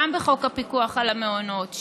גם בחוק הפיקוח על המעונות,